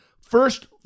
First